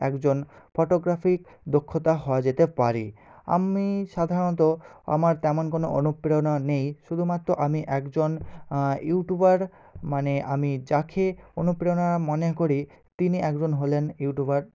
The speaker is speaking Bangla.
একজন ফটোগ্রাফি দক্ষতা হওয়া যেতে পারে আমি সাধারণত আমার তেমন কোন অনুপ্রেরণা নেই শুধুমাত্র আমি একজন ইউটুবার মানে আমি যাখে অনুপ্রেরণা মনে করি তিনি একজন হলেন ইউটুবার